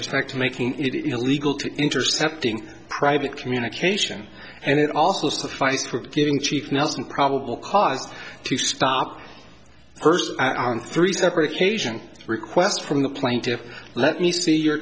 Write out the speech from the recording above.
respect to making it illegal to intercepting private communication and it also suffice for giving cheek nelson probable cause to stop first on three separate occasions request from the plaintiffs let me see your